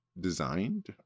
designed